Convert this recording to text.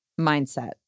mindset